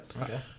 Okay